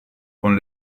con